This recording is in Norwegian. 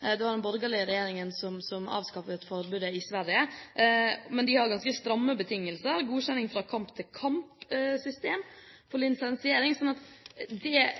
Det var den borgerlige regjeringen som opphevet forbudet i Sverige, men de har ganske stramme betingelser, et system med godkjenning fra kamp til kamp når det gjelder lisensiering, slik at